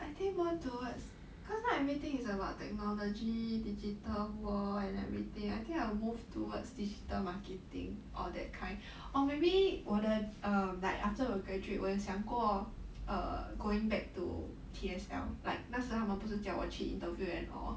I think more towards cause now everything is about technology digital world and everything I think I will move towards digital marketing or that kind or maybe 我的 um like after 我 graduate 我有想过 err going back to T_S_L like 那时他们不是叫我去 interview and all